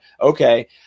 okay